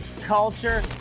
culture